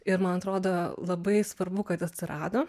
ir man atrodo labai svarbu kad atsirado